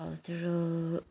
cultural